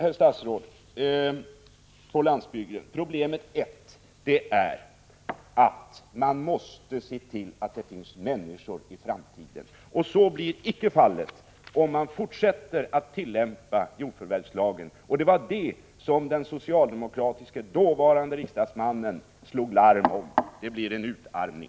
Det främsta problemet är, herr statsråd, att man måste se till att det finns människor på landsbygden även i framtiden, och så blir icke fallet om man fortsätter med den nuvarande tillämpningen av jordförvärvslagen. Det var detta en socialdemokratisk riksdagsman slog larm om. Det blir en utarmning.